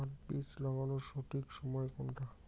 পাট বীজ লাগানোর সঠিক সময় কোনটা?